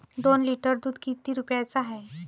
दोन लिटर दुध किती रुप्याचं हाये?